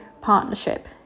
partnership